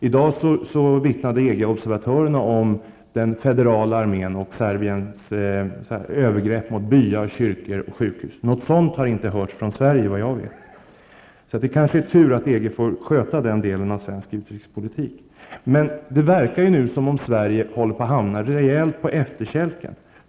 I dag vittnade EGs obervatörer om den federala armens övergrepp mot byar, kyrkor och sjukhus. Något sådan har, såvitt jag vet, inte hörts från Sverige. Det är kanske tur att EG får sköta den delen av svensk utrikespolitik. Det verkar som om Sverige håller på att hamna rejält på efterkälken.